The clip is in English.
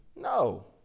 No